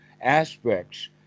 aspects